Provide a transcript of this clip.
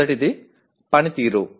మొదటిది పనితీరు